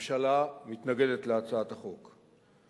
הממשלה מתנגדת להצעת החוק.